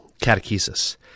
catechesis